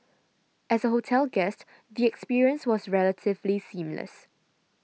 as a hotel guest the experience was relatively seamless